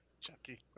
Chucky